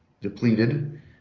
depleted